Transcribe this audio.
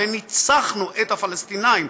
וניצחנו את הפלסטינים,